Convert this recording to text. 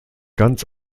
ganz